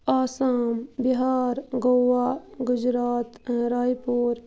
آسام بِہار گوا گُجرات راے پوٗر